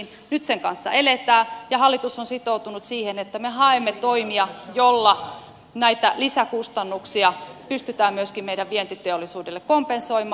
nyt sen kanssa eletään ja hallitus on sitoutunut siihen että me haemme toimia joilla näitä lisäkustannuksia pystytään myöskin meidän vientiteollisuudelle kompensoimaan